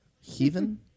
heathen